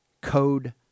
code